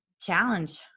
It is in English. challenge